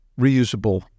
reusable